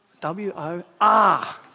W-O-R